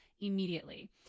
immediately